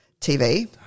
TV